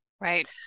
Right